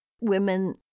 women